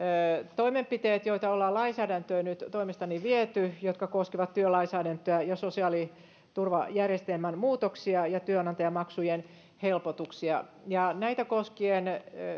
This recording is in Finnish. toimenpiteet joita ollaan lainsäädäntöön nyt toimestani viety jotka koskevat työlainsäädäntöä ja sosiaaliturvajärjestelmän muutoksia ja työnantajamaksujen helpotuksia näitä koskien